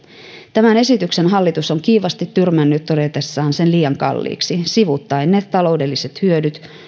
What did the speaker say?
tämän esityksen hallitus on kiivaasti tyrmännyt todetessaan sen liian kalliiksi sivuuttaen ne taloudelliset hyödyt